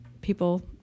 people